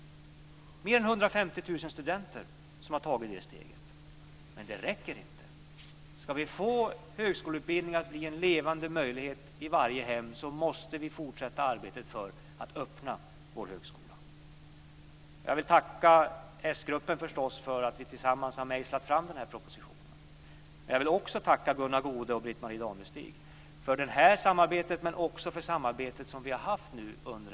Det är mer än 150 000 studenter som har tagit det steget. Men det räcker inte. Ska högskoleutbildning bli en levande möjlighet i varje hem måste vi fortsätta att arbeta för att öppna högskolan. Jag vill tacka s-gruppen för att vi tillsammans har mejslat fram den här propositionen. Jag vill också tacka Gunnar Goude och Britt-Marie Danestig för det här samarbetet, men också för det samarbete som vi har haft under mandatperioden.